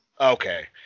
Okay